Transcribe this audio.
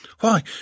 Why